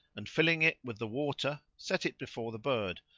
and filling it with the water set it before the bird,